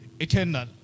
eternal